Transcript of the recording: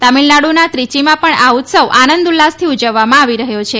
તમિલનાડના ત્રિચીમાં પણ આ ઉત્સવ આનંદ ઉલ્લાસથી ઉજવવામાં આવી રહ્યો છે